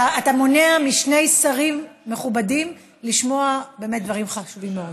אתה מונע משני שרים מכובדים לשמוע דברים חשובים מאוד.